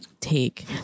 take